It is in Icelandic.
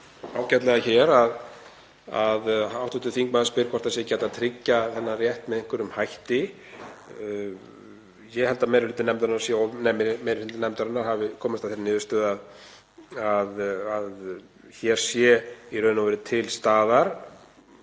ágætlega hér. Hv. þingmaður spyr hvort ekki sé hægt að tryggja þennan rétt með einhverjum hætti. Ég held að meiri hluti nefndarinnar hafi komist að þeirri niðurstöðu að hér sé í raun og veru til staðar